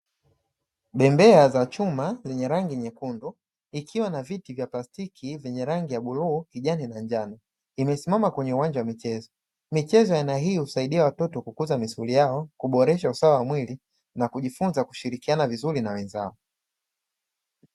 Bembea za chuma zenye rangi nyekundu, ikiwa na viti vya plastiki vyenye rangi ya bluu, kijani na njano, imesimama kwenye uwanja wa michezo. Michezo ya aina hiyo huwasaidia watoto kukuza misuli yao, kuboresha usawa wa mwili na kujifuza kushirikiana vizuri na wenzao.